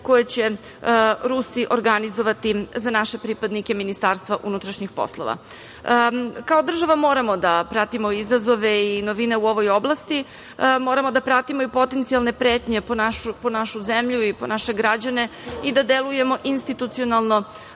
koje će Rusi organizovati za naše pripadnike Ministarstva unutrašnjih poslova. Kao država moramo da pratimo izazove i novine u ovoj oblasti, moramo da pratimo i potencijalne pretnje po našu zemlju i po naše građane i da delujemo institucionalno